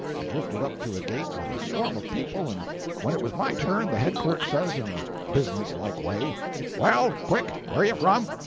i drifted up to a gate with a swarm of people, and when it was my turn the head clerk says, in a business-like way well, quick! where are you from?